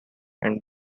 and